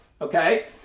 okay